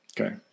Okay